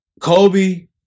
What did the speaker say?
Kobe